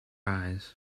eyes